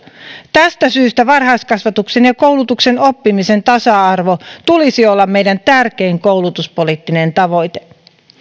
tästä syystä varhaiskasvatuksen ja koulutuksen oppimisen tasa arvon tulisi olla meidän tärkein koulutuspoliittinen tavoitteemme